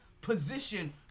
position